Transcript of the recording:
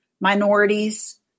minorities